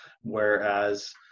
whereas